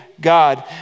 God